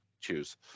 choose